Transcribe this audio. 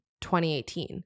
2018